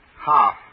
Half